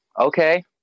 Okay